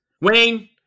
Wayne